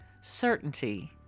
certainty